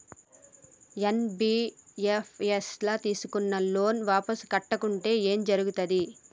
NBFS ల తీస్కున్న loan వాపస్ కట్టకుంటే ఏం జర్గుతది?